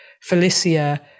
Felicia